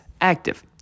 active